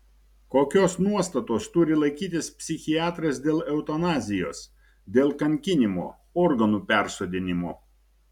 kokios nuostatos turi laikytis psichiatras dėl eutanazijos dėl kankinimo organų persodinimo